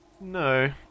no